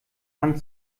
hand